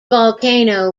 volcano